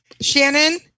Shannon